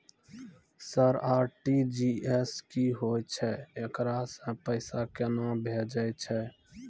Sir RTGS की होय छै, एकरा से पैसा केना भेजै छै?